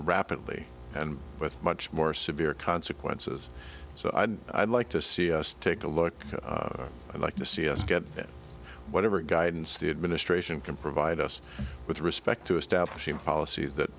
rapidly and with much more severe consequences so i'd like to see us take a look i like to see us get whatever guidance the administration can provide us with respect to establishing policies that